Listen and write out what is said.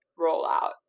rollout